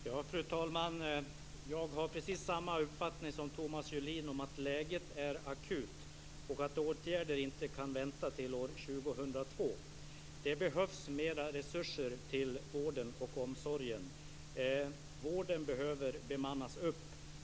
Fru talman! Jag har precis samma uppfattning som Thomas Julin om att läget är akut och att åtgärder inte kan vänta till år 2002. Det behövs mera resurser till vården och omsorgen. Vården behöver "bemannas upp".